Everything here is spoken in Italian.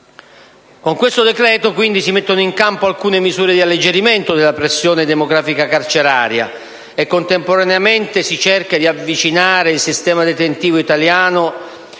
all'esame, quindi, si mettono in campo alcune misure di alleggerimento della pressione demografica carceraria e contemporaneamente si cerca di avvicinare il sistema detentivo italiano